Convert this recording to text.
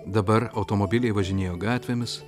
dabar automobiliai važinėjo gatvėmis